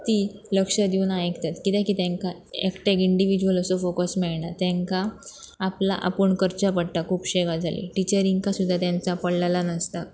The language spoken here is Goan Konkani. ती लक्ष दिवन आयकतात कित्याकी तांकां एकटेक इंडिविज्यूवल असो फोकस मेळना तांकां आपला आपूण करचें पडटा खुबशे गजाली टिचरींक सुद्दां तेंच पडलेला नासता